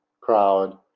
crowd